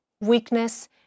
weakness